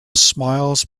smiles